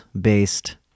based